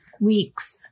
weeks